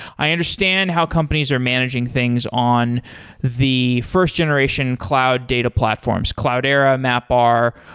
i understand how companies are managing things on the first generation cloud data platforms, cloudera, mapr,